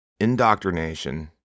indoctrination